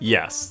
Yes